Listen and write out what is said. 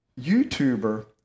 YouTuber